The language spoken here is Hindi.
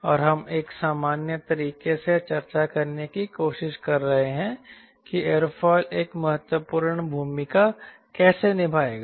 और हम एक सामान्य तरीके से चर्चा करने की कोशिश कर रहे हैं कि एयरोफॉयल एक महत्वपूर्ण भूमिका कैसे निभाएगा